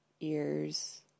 ears